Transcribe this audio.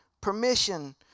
permission